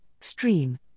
stream